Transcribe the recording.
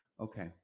Okay